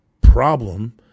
problem